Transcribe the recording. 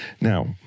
now